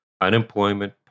unemployment